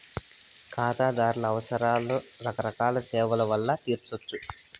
కాతాదార్ల అవసరాలు రకరకాల సేవల్ల వల్ల తెర్సొచ్చు